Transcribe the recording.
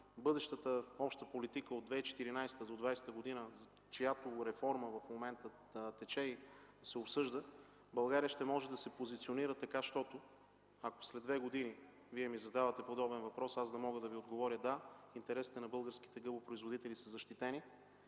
бъдещата обща политика – от 2014-2020 г., чиято реформа в момента тече и се обсъжда, България ще може да се позиционира, така че, ако след две години Вие ми зададете подобен въпрос, да мога да Ви отговоря: „Да, интересите на българските гъбопроизводители са защитени”.